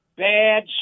Bad